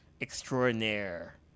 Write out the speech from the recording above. extraordinaire